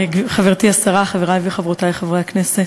חברתי השרה, חברי וחברותי חברי הכנסת,